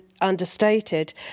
understated